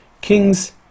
Kings